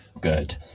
Good